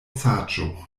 saĝo